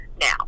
Now